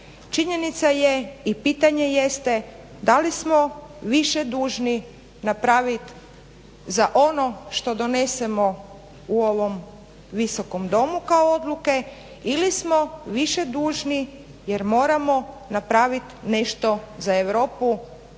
Činjenica je i pitanje jeste da li smo više dužni napravit za ono što donesemo u ovom Visokom domu kao odluke ili smo više dužni jer moramo napravit nešto za Europu